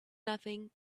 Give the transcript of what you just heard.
nothing